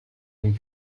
and